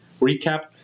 recap